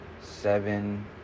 Seven